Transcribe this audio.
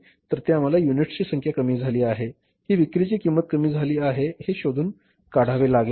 तर येथे आम्हाला युनिट्सची संख्या कमी झाली आहे की विक्रीची किंमत कमी झाली आहे हे शोधून काढावे लागेल